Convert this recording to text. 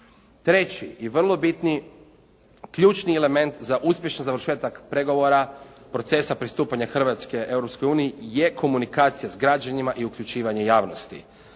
Treći i vrlo bitni ključni element za uspješni završetak pregovora procesa pristupanja Hrvatske Europskoj uniji je komunikacija s građanima i uključivanje javnosti.